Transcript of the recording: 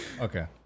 okay